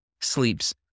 sleeps